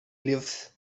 lives